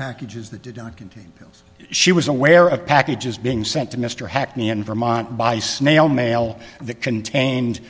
pills she was aware of packages being sent to mr hackney in vermont by snail mail that contained